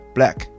Black